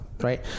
right